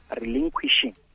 relinquishing